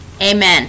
Amen